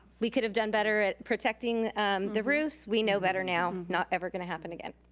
we could have done better at protecting the roofs, we know better now. not ever gonna happen again.